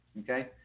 Okay